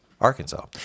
Arkansas